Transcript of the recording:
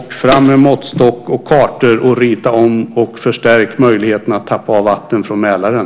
Fram med måttstock och kartor, rita om och förstärk möjligheten att tappa av vatten från Mälaren!